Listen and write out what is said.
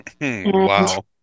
Wow